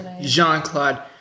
Jean-Claude